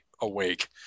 awake